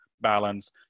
balance